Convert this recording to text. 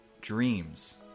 dreams